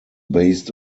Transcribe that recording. based